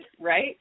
right